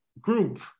group